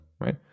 right